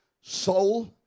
soul